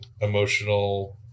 emotional